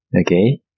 okay